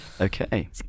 Okay